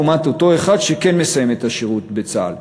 לעומת אותו אחד שכן מסיים את השירות בצה"ל?